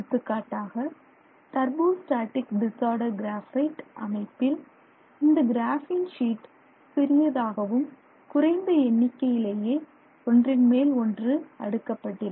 எடுத்துக்காட்டாக turbostratic disorder graphite அமைப்பில் இந்த கிராபின் ஷீட் சிறியதாகவும் குறைந்த எண்ணிக்கையிலேயே ஒன்றின்மேல் ஒன்று அடுக்கப்பட்டிருக்கும்